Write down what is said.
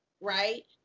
right